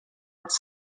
its